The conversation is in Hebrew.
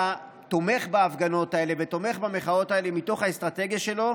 תומך בהפגנות האלה ותומך במחאות האלה מתוך האסטרטגיה שלו,